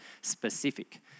specific